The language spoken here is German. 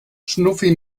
schnuffi